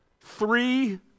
three